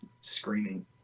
screaming